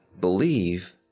believe